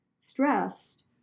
stressed